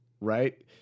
Right